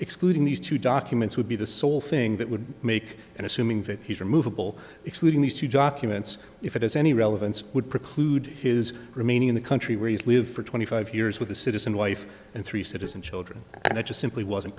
excluding these two documents would be the sole thing that would make and assuming that he's removable excluding these two documents if it has any relevance would preclude his remaining in the country where he's lived for twenty five years with a citizen wife and three citizen children and it just simply wasn't